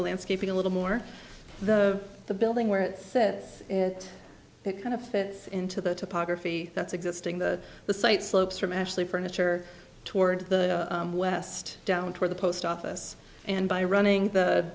landscaping a little more though the building where it says it kind of fits into the topography that's existing that the site slopes from actually furniture toward the west down toward the post office and by running the